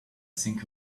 think